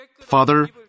Father